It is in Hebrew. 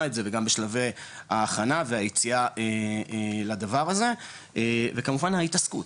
את זה וגם בשלבי ההכנה והיציאה לדבר הזה וכמובן ההתעסקות,